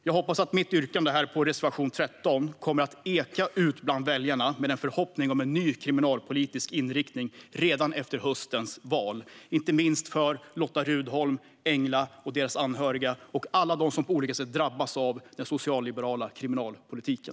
Jag hoppas att mitt yrkande om bifall till reservation 13 kommer att eka ut bland väljarna med en förhoppning om en ny kriminalpolitisk inriktning redan efter höstens val - inte minst för Lotta Rudholm, Engla och deras anhöriga och alla dem som på olika sätt drabbas av den socialliberala kriminalpolitiken.